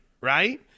right